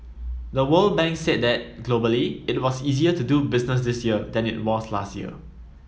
the World Bank said that globally it was easier to do business this year than it was last year